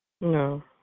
No